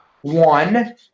one